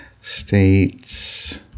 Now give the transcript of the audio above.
States